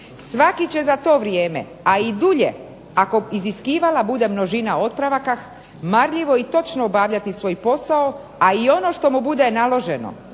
Svaki će za to vrijeme, a i dulje ako iziskivala bude množina otpravakah marljivo i točno obavljati svoj posao, a i ono što mu bude naloženo